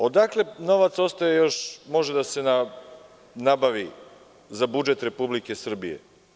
Odakle novac još može da se nabavi za budžet Republike Srbije?